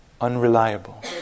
unreliable